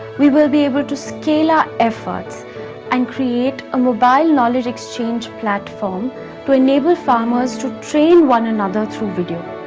we will be able to scale our efforts and create a mobile knowledge exchange platform to enable farmers to train one another through video.